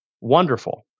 wonderful